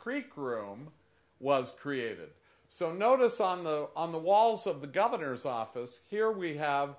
creek room was created so notice on the on the walls of the governor's office here we have